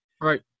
Right